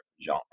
Jean